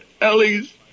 Ellie's